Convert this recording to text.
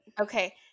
Okay